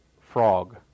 frog